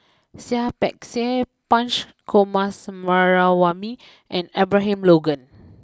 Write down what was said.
Seah Peck Seah Punch Coomaraswamy and Abraham Logan